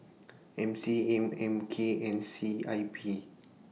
M C A M K and C I P